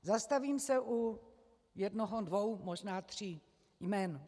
Zastavím se u jednoho, dvou možná tří jmen.